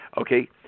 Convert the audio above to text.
okay